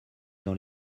dans